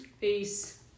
Peace